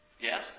yes